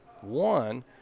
one